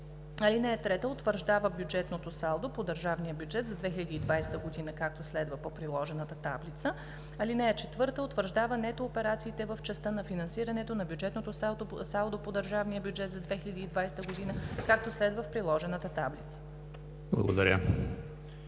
таблица. (3) Утвърждава бюджетното салдо по държавния бюджет за 2020 г., както следва по приложена таблица. (4) Утвърждава нето операциите в частта на финансирането на бюджетното салдо по държавния бюджет за 2020 г., както следва по приложената таблица.“